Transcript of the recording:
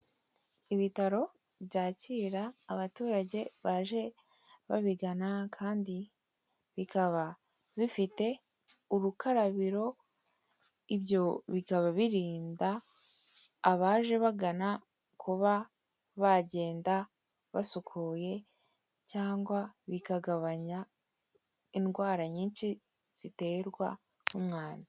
Ibitaro byakira abaturage baje babigana kandi bikaba bifite urukarabiro, ibyo bikaba birinda abaje bagana kuba bagenda basukuye cyangwa bikagabanya indwara nyinshi ziterwa n'umwanda.